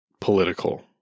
political